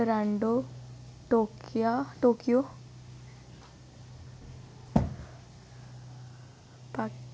ट्रान्डो टोकिआ टोक्यो पाक